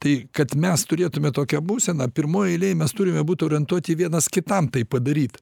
tai kad mes turėtume tokią būseną pirmoj eilėj mes turime būt orientuoti vienas kitam taip padaryt